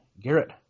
Garrett